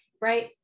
right